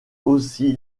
aussi